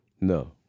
No